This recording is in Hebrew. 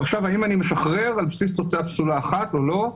עכשיו אם אני משחרר על בסיס תוצאה פסולה אחת או לא.